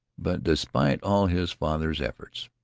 but, despite all his father's efforts,